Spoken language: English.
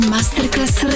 Masterclass